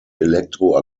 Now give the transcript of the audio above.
elektro